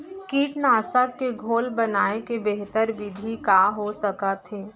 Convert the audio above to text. कीटनाशक के घोल बनाए के बेहतर विधि का हो सकत हे?